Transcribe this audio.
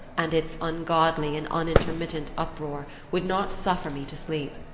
and its ungodly and unintermittent uproar, would not suffer me to sleep.